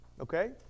Okay